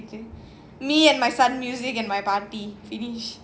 me and my music and my party finish